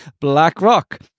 BlackRock